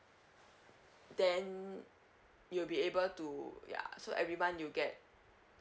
then you'll be able to ya so everyone will get